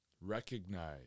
Recognize